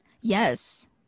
Yes